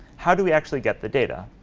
how do we actually get the data?